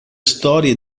storie